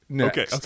Okay